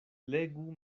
legu